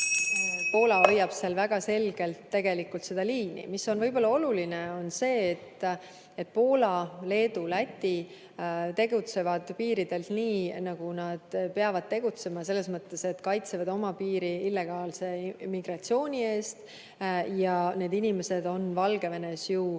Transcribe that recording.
Poola hoiab seal väga selgelt tegelikult seda liini. Võib olla oluline, et Poola, Leedu ja Läti tegutsevad piiridel nii, nagu nad peavad tegutsema, selles mõttes, et nad kaitsevad oma piiri illegaalse migratsiooni eest. Need inimesed on Valgevenes ju